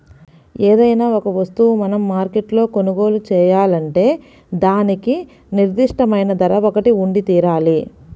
ఏదైనా ఒక వస్తువును మనం మార్కెట్లో కొనుగోలు చేయాలంటే దానికి నిర్దిష్టమైన ధర ఒకటి ఉండితీరాలి